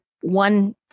one